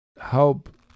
help